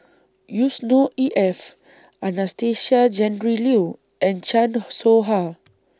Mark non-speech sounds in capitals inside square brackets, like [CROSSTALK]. Yusnor E F Anastasia Tjendri Liew and Chan [NOISE] Soh Ha